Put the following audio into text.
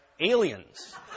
aliens